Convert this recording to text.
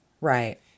Right